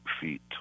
feet